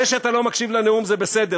זה שאתה לא מקשיב לנאום זה בסדר,